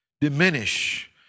diminish